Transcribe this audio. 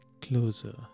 closer